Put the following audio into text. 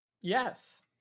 yes